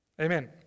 Amen